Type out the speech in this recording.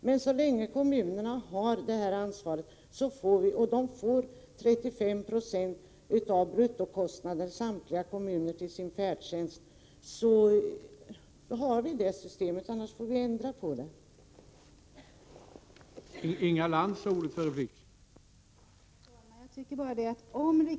Men vi har ju ett system där kommunerna har ansvaret för färdtjänsten, och samtliga kommuner får också 35 90 av bruttokostnaden för sin färdtjänst. Om det skall bli någon ändring, måste vi ändra på det systemet.